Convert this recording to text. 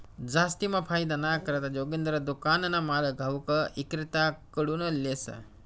जास्तीना फायदाना करता जोगिंदर दुकानना माल घाऊक इक्रेताकडथून लेस